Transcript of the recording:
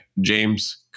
James